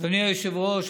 אדוני היושב-ראש,